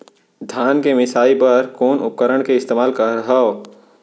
धान के मिसाई बर कोन उपकरण के इस्तेमाल करहव?